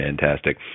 fantastic